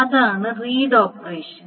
അതാണ് read operation